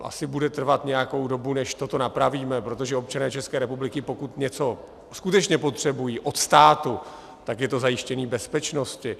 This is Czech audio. Asi bude trvat nějakou dobu, než toto napravíme, protože občané České republiky, pokud něco skutečně potřebují od státu, tak je to zajištění bezpečnosti.